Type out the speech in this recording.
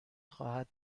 خواهد